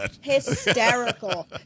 hysterical